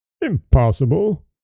Impossible